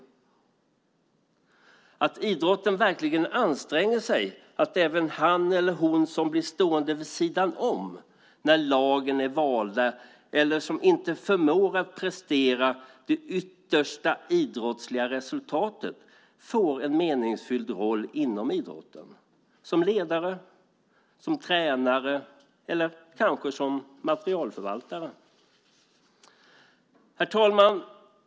Idrotten måste verkligen anstränga sig för att även han eller hon som blir stående vid sidan om när lagen är valda eller som inte förmår att prestera det yttersta idrottsliga resultatet får en meningsfylld roll inom idrotten som ledare, som tränare eller kanske som materialförvaltare. Herr talman!